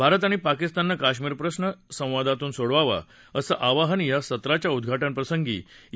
भारत आणि पाकिस्ताननं कश्मीर प्रश्र संवादातून सोडवावा असं आवाहन या सत्राच्या उद्घाटनप्रसंगी ई